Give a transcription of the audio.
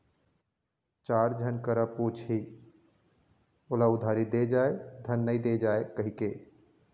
चार झन करा पुछही ओला उधारी दे जाय धन नइ दे जाय कहिके